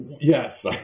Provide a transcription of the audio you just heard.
Yes